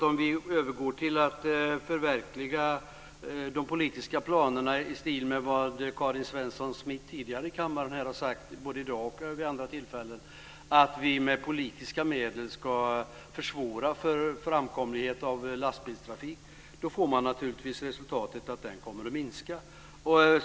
Om vi övergår till att förverkliga politiska planer i stil med vad Karin Svensson Smith tidigare har sagt i kammaren här i dag och vid andra tillfällen, dvs. att vi med politiska medel ska försvåra framkomlighet för lastbilstrafik, får man resultatet att den kommer att minska.